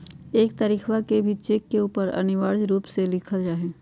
एक तारीखवा के भी चेक के ऊपर अनिवार्य रूप से लिखल जाहई